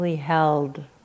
held